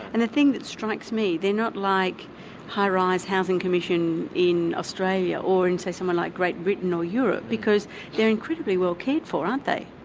and the thing that strikes me, they're not like high rise housing commission in australia or in, say, somewhere like great britain or europe, because they're incredibly well cared for, aren't they?